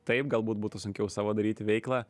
taip galbūt būtų sunkiau savo daryti veiklą